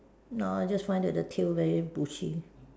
no just find that the tail very bushy